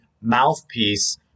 mouthpiece